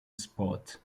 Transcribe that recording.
spot